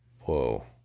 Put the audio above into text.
Whoa